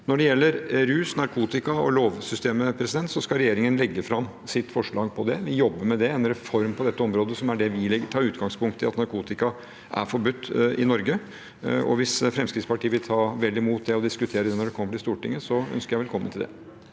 Når det gjelder rus, narkotika og lovsystemet, skal regjeringen legge fram sitt forslag om det. Vi jobber med en reform på dette området, og vi tar utgangspunkt i at narkotika er forbudt i Norge. Hvis Fremskrittspartiet vil ta vel imot det og vil diskutere det når den saken kommer til Stortinget, ønsker jeg dem velkommen til å